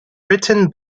written